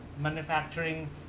manufacturing